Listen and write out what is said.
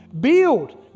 Build